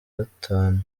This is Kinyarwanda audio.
gatanu